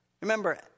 Remember